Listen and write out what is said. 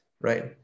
right